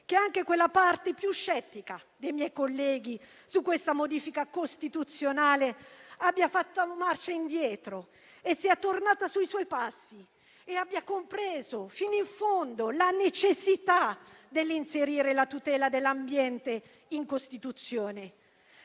che anche la parte più scettica dei miei colleghi sulla citata modifica costituzionale abbia fatto marcia indietro, sia tornata sui suoi passi e abbia compreso fino in fondo la necessità di inserire la tutela dell'ambiente in Costituzione.